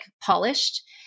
polished